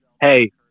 Hey